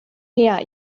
her